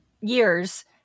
years